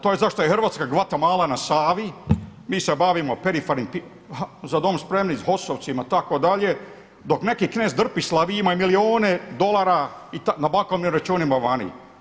To je zašto je Hrvatska Guatemala na Savi, mi se bavimo perifernim pitanjem, ha „Za dom spremni“ s HOS-ovcima itd. dok neki knez drpislav imaju milijune dolara na bankovnim računima vani.